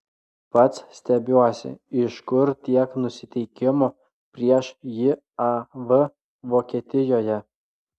pats stebiuosi iš kur tiek nusiteikimo prieš jav vokietijoje